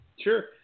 Sure